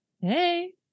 Hey